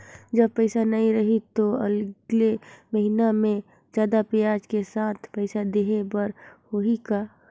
जब पइसा नहीं रही तो अगले महीना मे जादा ब्याज के साथ पइसा देहे बर होहि का?